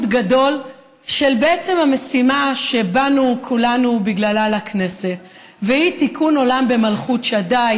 גדול של המשימה שבאנו כולנו בגללה לכנסת והיא תיקון עולם במלכות שדי,